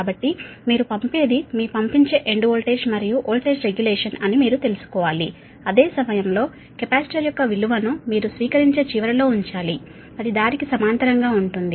కాబట్టి మీరు పంపేది మీ రవాణాచేయు ఎండ్ వోల్టేజ్ మరియు వోల్టేజ్ రెగ్యులేషన్ అని మీరు తెలుసుకోవాలి అదే సమయంలో కెపాసిటర్ యొక్క విలువను మీరు స్వీకరించే చివరలో ఉంచాలి అది దారికి సమాంతరంగా ఉంటుంది